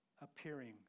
appearing